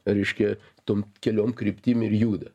reiškia tom keliom kryptim ir juda